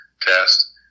test